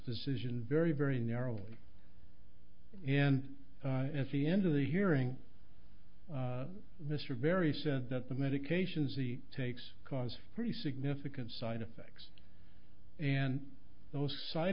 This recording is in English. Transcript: decision very very narrowly and in the end of the hearing mr very said that the medications he takes cause very significant side effects and those side